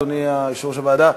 ברשותך, אדוני יושב-ראש הוועדה,